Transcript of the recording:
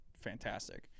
fantastic